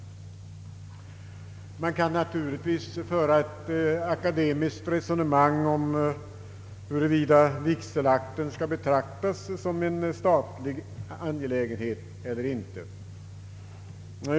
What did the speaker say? Man kan naturligtvis föra ett akademiskt resonemang om huruvida vigselakten skall betraktas som en statlig angelägenhet eller inte.